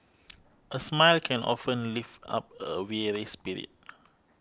a smile can often lift up a weary spirit